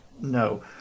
no